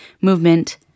movement